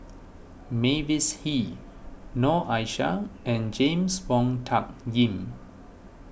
Mavis Hee Noor Aishah and James Wong Tuck Yim